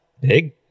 big